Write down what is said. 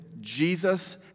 Jesus